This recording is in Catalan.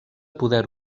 poder